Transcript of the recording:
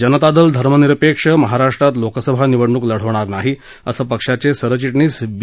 जनता दल धर्मनिरपेक्ष महाराष्ट्रात लोकसभा निवडणूक लढवणार नाही असं पक्षाचे सरचि शीीस बी